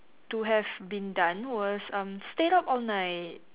to have been done was um stayed up all night